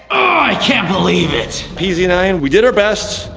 i can't believe it! p z nine, we did our best.